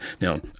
Now